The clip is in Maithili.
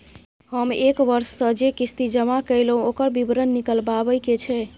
हम एक वर्ष स जे किस्ती जमा कैलौ, ओकर विवरण निकलवाबे के छै?